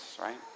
right